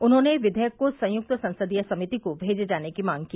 उन्होंने विवेयक को संयुक्त संसदीय समिति को भेजे जाने की मांग की